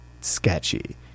sketchy